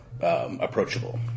approachable